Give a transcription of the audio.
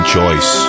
Choice